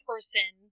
person